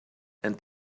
and